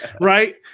right